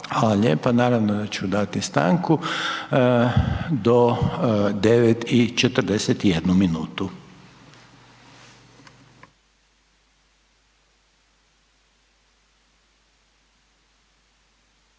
lijepa. Naravno da ću dati stanku do 9 i 41 minutu.